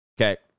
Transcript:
okay